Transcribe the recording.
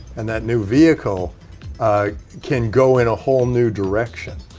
and that new vehicle can go in a whole new direction.